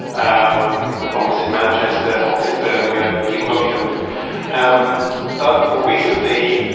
um bombs in manchester, bombs in birmingham. people got killed um but more recently,